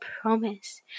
promise